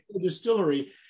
distillery